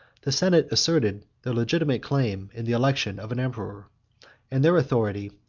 the senate asserted their legitimate claim in the election of an emperor and their authority,